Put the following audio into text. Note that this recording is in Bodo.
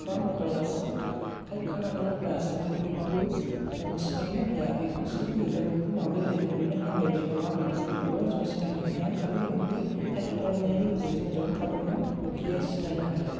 बा मबाइलाव थाइफ खालामनांगौब्ला जों बेखौ सिनायनो हाया बेखौ सोर लिरदों बेखौ माबोरै लिरदों बिनि हेनदराइथिंआ माबादि बेखौबो जों सिनायनो हाया खालि अनलि थाइफ खालामनायनि गेजेरजों जें थाबैनो ख्लियार सिनायनो हायो